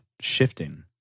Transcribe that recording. shifting